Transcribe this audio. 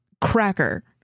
cracker